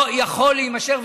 זה לא יכול להימשך,